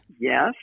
Yes